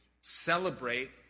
celebrate